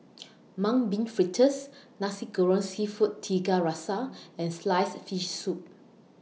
Mung Bean Fritters Nasi Goreng Seafood Tiga Rasa and Sliced Fish Soup